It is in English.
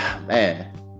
man